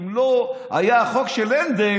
אם לא היה החוק של הנדל